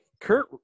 Kurt